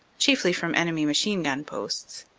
chiefly from enemy machine gun posts.